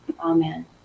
Amen